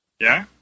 Yeah